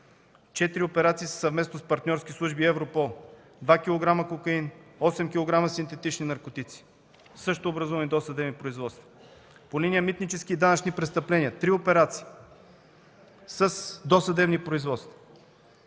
четири операции съвместно с партньорски служби и Европол – 2 кг кокаин, 8 кг синтетични наркотици, също образувани досъдебни производства. По линия „Митнически и данъчни престъпления” – три операции с досъдебни производства,